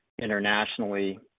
internationally